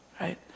Right